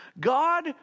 God